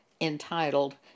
entitled